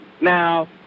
Now